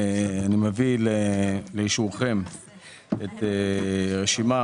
אני מביא לאישורכם את הרשימה